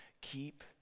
Keep